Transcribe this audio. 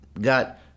Got